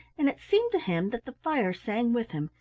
and it seemed to him that the fire sang with him,